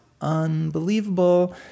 unbelievable